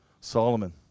solomon